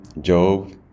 Job